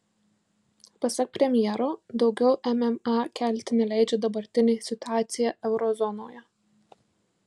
pasak premjero daugiau mma kelti neleidžia dabartinė situacija euro zonoje